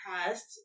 past